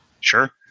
Sure